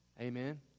Amen